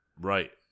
right